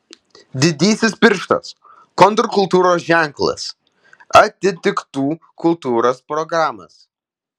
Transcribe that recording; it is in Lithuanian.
didysis pirštas kontrkultūros ženklas atitiktų kultūros programas